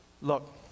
Look